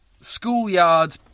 Schoolyard